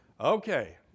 Okay